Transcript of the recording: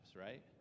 right